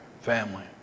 family